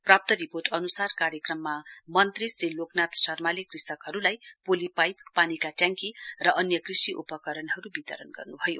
प्राप्त रिपोर्ट अनुसार कार्यक्रममा मन्त्री श्री लोकनाथ शर्माले कृषकहरूलाई पोली पाइप पानीका ट्याडकी र अन्य कृषि उपकरणहरू वितरण गर्न्भयो